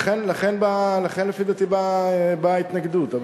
לכן, לפי דעתי, באה ההתנגדות.